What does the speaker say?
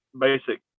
basic